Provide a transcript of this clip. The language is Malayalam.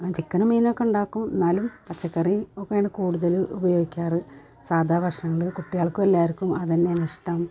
അ ചിക്കനും മീനുമൊക്കെ ഉണ്ടാക്കും എന്നാലും പച്ചക്കറീ ഒക്കെയാണ് കൂടുതലും ഉപയോഗിക്കാറ് സാധാ ഭക്ഷണങ്ങൾ കുട്ടികൾക്കും എല്ലാവർക്കും അതു തന്നെയാണ് ഇഷ്ടം